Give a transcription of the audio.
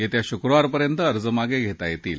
येत्या शुक्रवारपर्यंत अर्ज मागे धेता येतील